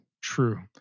True